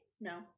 No